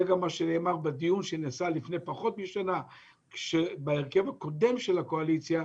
זה גם מה שנאמר בדיון שנעשה לפני פחות משנה בהרכב הקודם של הקואליציה,